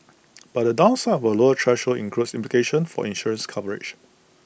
but the downside of A lower threshold includes implications for insurance coverage